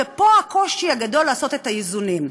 ופה הקושי הגדול לעשות את האיזונים.